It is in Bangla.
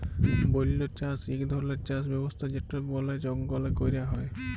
বল্য চাষ ইক ধরলের চাষ ব্যবস্থা যেট বলে জঙ্গলে ক্যরা হ্যয়